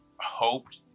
hoped